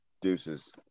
Deuces